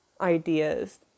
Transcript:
ideas